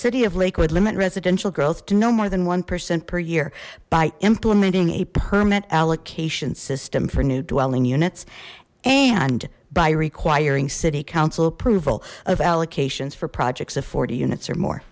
city of lakewood limit residential growth to no more than one percent per year by implementing a permit allocation system for new dwelling units and by requiring city council approval of allocations for projects of forty units or more